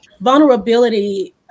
vulnerability